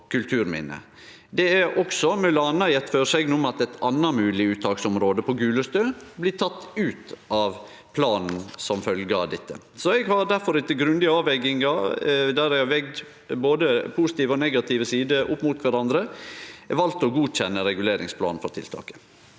Det er m.a. også gjeve føresegn om at eit anna mogleg uttaksområde på Gulestø blir teke ut av planen som følgje av dette. Eg har difor, etter grundige avvegingar der eg har vege både positive og negative sider opp mot kvarandre, valt å godkjenne reguleringsplanen for tiltaket.